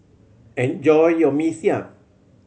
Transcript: enjoy your Mee Siam